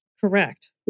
Correct